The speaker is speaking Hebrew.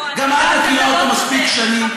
לא, גם את מכירה אותו מספיק שנים.